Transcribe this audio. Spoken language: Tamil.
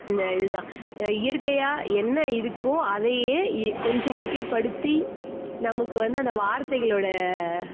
இந்த இது தான் இயற்கையாக என்ன இருக்கோ அதையே எ கொஞ்சம் மிகைப்படுத்தி நமக்கு வந்து அந்த வார்த்தைகளோடய